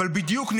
אבל בדיוק,